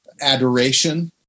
adoration